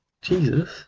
Jesus